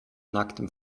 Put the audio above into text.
nacktem